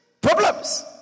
problems